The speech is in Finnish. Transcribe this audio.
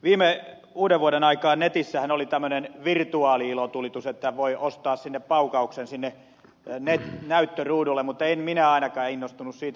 viime uudenvuoden aikaan netissähän oli tämmöinen virtuaali ilotulitus voi ostaa paukauksen sinne näyttöruudulle mutta en minä ainakaan innostunut siitä